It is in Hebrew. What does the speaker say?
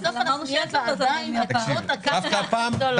בסוף אנחנו נהיה הוועדה עם בעלות על קרקע הכי גדולה.